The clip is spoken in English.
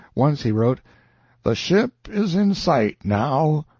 once he wrote the ship is in sight now.